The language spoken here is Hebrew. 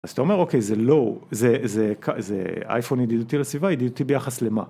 אז אתה אומר אוקיי זה לא, זה אייפון ידידותי לסביבה, ידידותי ביחס למה.